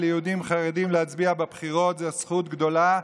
ליהודים חרדים להצביע בבחירות זו זכות גדולה,